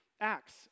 Acts